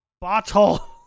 Bottle